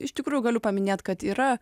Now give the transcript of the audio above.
iš tikrųjų galiu paminėt kad yra